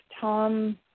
Tom